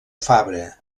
fabra